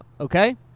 okay